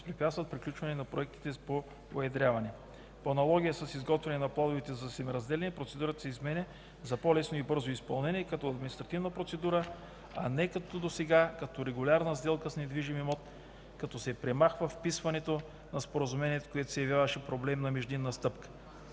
възпрепятстват приключване на проектите по уедряване. По аналогия с изготвяне на плановете за земеразделяне процедурата се изменя за по-лесно и бързо изпълнение като административна процедура, а не както досега като регулярна сделка с недвижим имот, като се премахва вписването на споразумението, което се явяваше проблемна междинна стъпка.